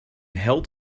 held